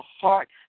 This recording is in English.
heart